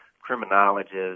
criminologists